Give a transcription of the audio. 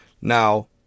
Now